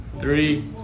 three